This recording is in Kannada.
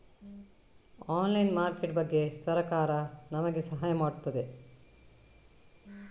ಆನ್ಲೈನ್ ಮಾರ್ಕೆಟ್ ಬಗ್ಗೆ ಸರಕಾರ ನಮಗೆ ಸಹಾಯ ಮಾಡುತ್ತದೆ?